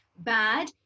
bad